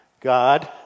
God